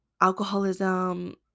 alcoholism